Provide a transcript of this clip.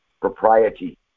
propriety